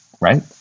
right